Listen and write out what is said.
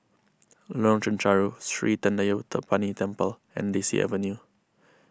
Lorong Chencharu Sri thendayuthapani Temple and Daisy Avenue